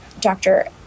doctor